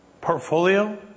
portfolio